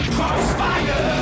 Crossfire